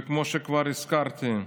וכמו שכבר הזכרתי,